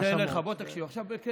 זה אליך, בוא תקשיב, עכשיו בכנות.